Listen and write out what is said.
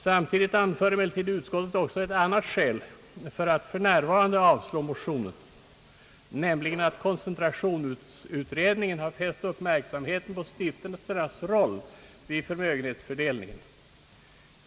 Samtidigt anför emellertid utskottet ett annat skäl för att för närvarande avslå motionen, nämligen att koncentrationsutredningen har fäst uppmärksamheten på stiftelsernas roll vid förmögenhetsfördelningen.